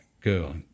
girl